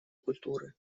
культуры